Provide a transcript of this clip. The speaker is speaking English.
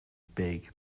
big